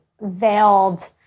veiled